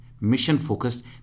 mission-focused